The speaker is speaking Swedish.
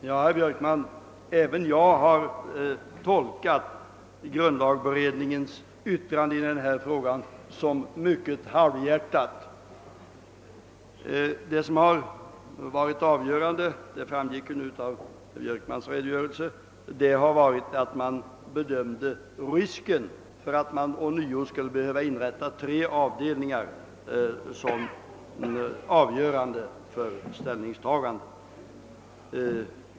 Herr talman! Ja, herr Björkman, även jag har tolkat grundlagberedningens yttrande i denna fråga som mycket halvhjärtat. Det som varit avgörande har varit — och det framgick också av herr Björkmans redogörelse — att man bedömde risken vara stor att ånyo behöva inrätta tre avdelningar. Det var avgörande för ställningstagandet.